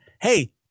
Hey